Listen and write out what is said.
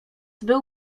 był